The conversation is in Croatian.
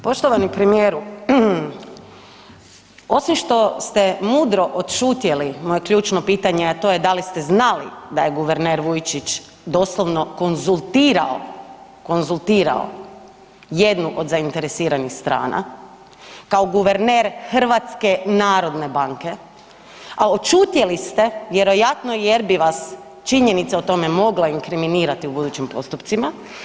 Poštovani premijeru, osim što ste mudro odšutjeli moje ključno pitanje, a to je da li ste znali da je guverner Vujčić doslovno konzultirao, konzultirao jednu od zainteresiranih strana kao guverner HNB-a, a odšutjeli ste vjerojatno jer bi vas činjenica o tome mogla inkriminirati u budućim postupcima.